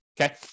Okay